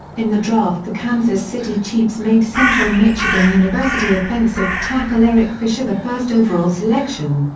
in the draft the kansas city chiefs made central michigan university offensive tackle eric fisher the first overall selection.